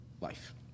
life